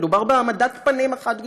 מדובר בהעמדת פנים אחת גדולה.